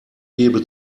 gebe